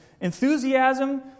enthusiasm